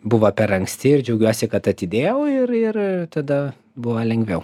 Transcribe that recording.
buvo per anksti ir džiaugiuosi kad atidėjau ir ir tada buvo lengviau